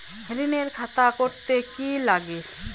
ঋণের খাতা করতে কি লাগে?